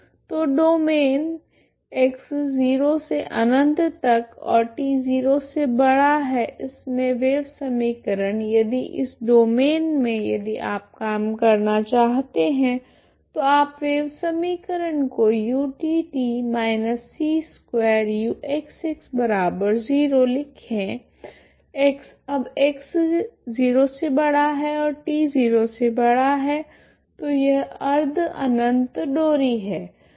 तो domain 0x∞ t0 मे wave समीकरण यदि इस डोमैन मे यदि आप काम करना चाहते हैं तो आप वेव समीकरण को utt−c2uxx0 लिखे x अब x0 और t0 है तो यह अर्ध अनंत डोरी है